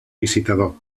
licitador